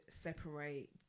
separate